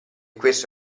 questo